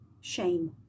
shame